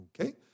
Okay